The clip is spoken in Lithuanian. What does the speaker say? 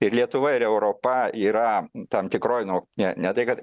ir lietuva ir europa yra tam tikroj nu ne ne tai kad